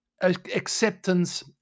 acceptance